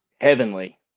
heavenly